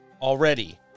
already